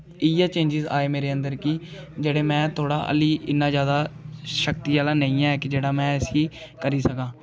इ'यै चेंज्स आए मेरे अन्दर कि जेह्ड़े में थोह्ड़ा हाली इ'न्ना जादा शक्ति आह्ला नेईं ऐ कि जेह्ड़ा में इसी करी सकां